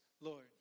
Lord